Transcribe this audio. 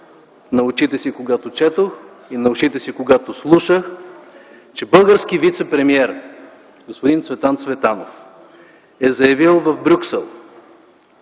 на очите си, когато четох, и на ушите си, когато слушах, че български вицепремиер господин Цветан Цветанов, е заявил в Брюксел: